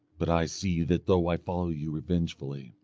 but i see that though i follow you revengefully,